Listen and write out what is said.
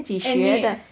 eh 你